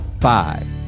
five